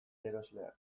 erosleak